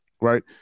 right